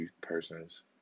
person's